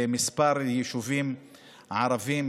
לכמה יישובים ערביים,